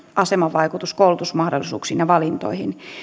aseman vaikutus koulutusmahdollisuuksiin ja valintoihin